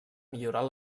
millorar